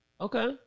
Okay